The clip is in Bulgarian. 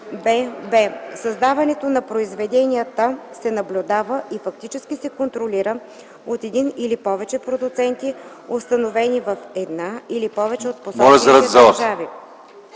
бб) създаването на произведенията се наблюдава и фактически се контролира от един или повече продуценти, установени в една или повече от посочените държави;